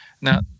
Now